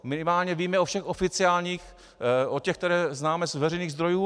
Minimálně víme o všech oficiálních, o těch, které známe z veřejných zdrojů.